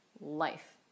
life